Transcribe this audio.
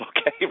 Okay